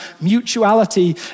mutuality